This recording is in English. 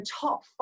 top